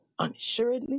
unassuredly